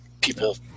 people